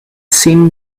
seeing